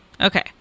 Okay